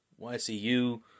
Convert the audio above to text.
YCU